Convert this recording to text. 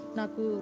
naku